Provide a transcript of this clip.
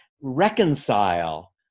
reconcile